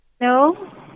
No